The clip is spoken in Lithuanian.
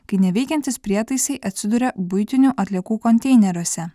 kai neveikiantys prietaisai atsiduria buitinių atliekų konteineriuose